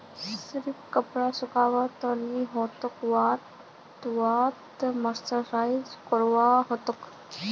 सिर्फ कपास उगाबो त नी ह तोक वहात मर्सराइजो करवा ह तोक